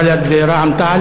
בל"ד ורע"ם-תע"ל,